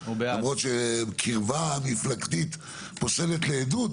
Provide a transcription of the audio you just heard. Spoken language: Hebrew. למרות שקרבה מפלגתית פוסלת לעדות,